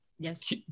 Yes